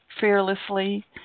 fearlessly